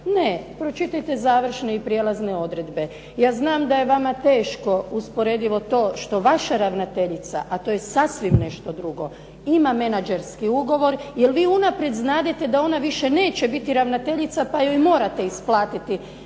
ne, pročitajte završne i prijelazne odredbe. Ja znam da je vama teško usporedivo to što vaša ravnateljica a to je sasvim nešto drugo ima menadžerski ugovor jer vi unaprijed znadete da ona više neće biti ravnateljica pa joj morate isplatiti